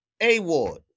A-Ward